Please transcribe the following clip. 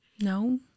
No